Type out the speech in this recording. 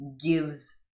gives